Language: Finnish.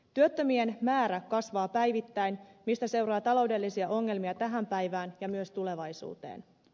työttömien määrä kasvaa päivittäin mistä seuraa taloudellisia ongelmia tähän päivään ja myös tulevaisuuteen